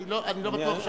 אני לא בטוח שאדוני,